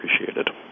appreciated